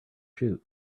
shoot